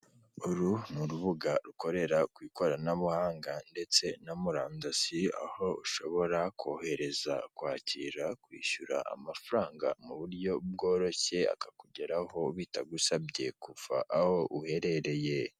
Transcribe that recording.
Uru ni urubuga rukorera ku ikoranabuhanga ndetse na murandasi aho ushobora kohereza, kwakira, kwishyura amafaranga muburyo bworoshye akakugeraho bitagusabye kuva aho uherereye.